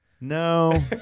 No